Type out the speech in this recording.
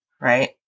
right